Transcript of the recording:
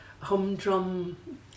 humdrum